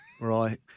Right